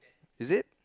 is it